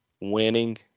winning